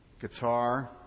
guitar